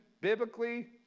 biblically